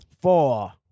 four